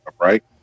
right